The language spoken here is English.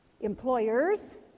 employers